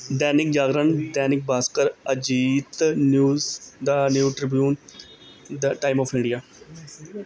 Dainik Jagran Dainik Bhaskar Ajit news the new Tribune the time of India